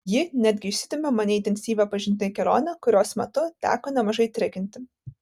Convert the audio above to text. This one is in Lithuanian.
ji netgi išsitempė mane į intensyvią pažintinę kelionę kurios metu teko nemažai trekinti